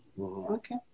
Okay